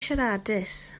siaradus